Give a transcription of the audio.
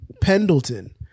Pendleton